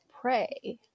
pray